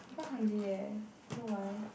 I'm quite hungry leh don't know why